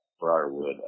Briarwood